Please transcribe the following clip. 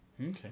Okay